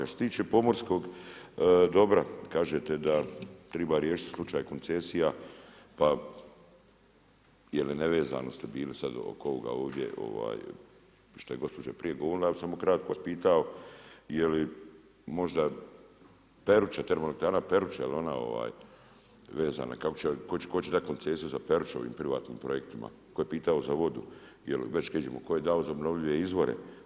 A što se tiče pomorskog dobra, kažete da treba riješiti slučaj koncesija, pa je li nevezano se bili sada oko ovoga ovdje šta je gospođa prije govorila, ja bih samo kratko vas pitao je li možda Peruča, termoelektrana Peruča, je li ona vezana, kako će, tko će dati koncesiju za Peruču ovim privatnim projektima, tko je pitao za vodu, je li već kada idemo, tko je dao za obnovljive izvore?